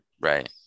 Right